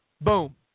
Boom